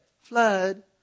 flood